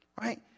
right